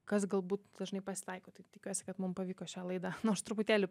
kas galbūt dažnai pasitaiko taip tikiuosi kad mums pavyko šią laidą nors truputėlį